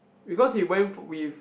because he went with